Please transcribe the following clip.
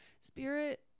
spirit